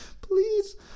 Please